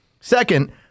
Second